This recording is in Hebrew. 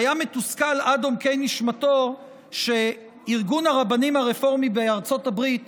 שהיה מתוסכל עד עמקי נשמתו שארגון הרבנים הרפורמי בארצות הברית